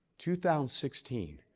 2016